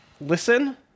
listen